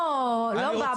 לא באה בשורה.